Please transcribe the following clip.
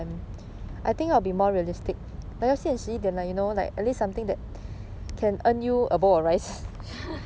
ya